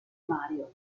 mario